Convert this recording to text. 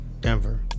Denver